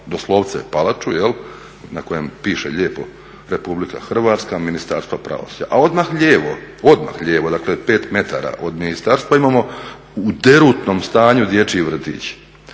doslovce palaču jel' na kojem piše lijepo Republika Hrvatska, Ministarstvo pravosuđa. A odmah lijevo, dakle 5 metara od ministarstva imamo u derutnom stanju dječji vrtić.